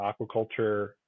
aquaculture